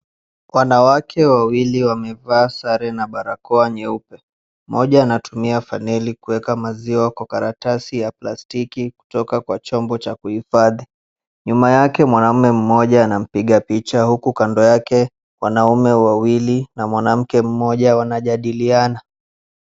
Wanawake wawili wamevaa sare na barakoa nyeupe moja anatumia faneli kueka maziwa kwa karatasi ya plastiki kutoka kwa chombo cha kuhifadhi. Nyuma yake mwanaume mmoja anampiga picha huku kando yake wanaume wawili na mwanamke mmoja wanajadliana.